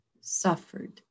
suffered